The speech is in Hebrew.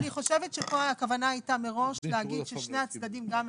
אני חושבת שפה הכוונה הייתה מראש להגיד ששני הצדדים גם מסכימים,